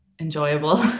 enjoyable